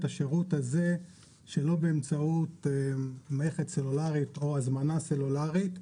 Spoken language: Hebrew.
השירות הזה שלא באמצעות מערכת סלולרית או הזמנה סלולרית,